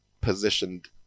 positioned